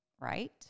right